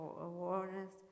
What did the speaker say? awareness